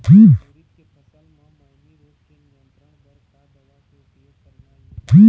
उरीद के फसल म मैनी रोग के नियंत्रण बर का दवा के उपयोग करना ये?